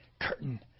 Curtain